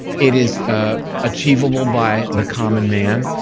it is ah achievable by the common man,